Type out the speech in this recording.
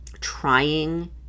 trying